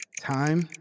Time